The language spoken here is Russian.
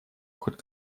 хоть